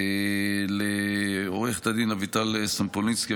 לעו"ד אביטל סומפולינסקי,